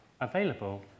available